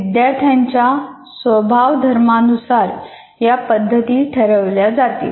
विद्यार्थ्यांच्या स्वभावधर्मानुसार या पद्धती ठरवल्या जातील